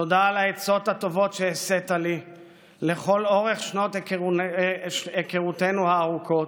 תודה על העצות הטובות שהשאת לי לכל אורך שנות היכרותנו הארוכות,